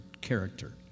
character